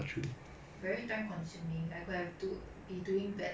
ya but enough of school it's quite tiring I don't want to think of school anymore